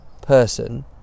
person